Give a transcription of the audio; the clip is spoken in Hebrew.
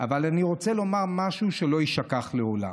אבל אני רוצה לומר משהו שלא יישכח לעולם,